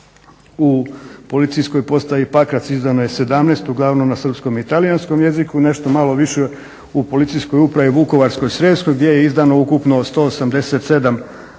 U Policijskoj postaji Pakrac izdano je 17 uglavnom na srpskom i talijanskom jeziku, nešto malo više u Policijskoj upravi Vukovarsko-srijemskoj gdje je izdano ukupno 187 iskaznica